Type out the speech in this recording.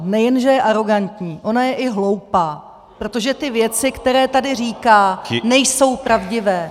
Nejen že je arogantní, ona je i hloupá, protože ty věci, které tady říká nejsou pravdivé.